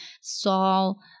Saul